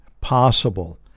possible